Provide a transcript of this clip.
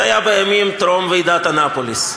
זה היה בימים טרום ועידת אנאפוליס.